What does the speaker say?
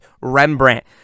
Rembrandt